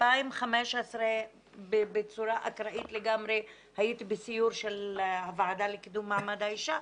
ב-2015 בצורה אקראית לגמרי הייתי בסיור של הוועדה לקידום מעמד האישה,